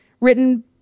written